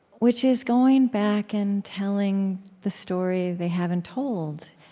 which is going back and telling the story they haven't told.